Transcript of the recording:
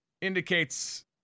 indicates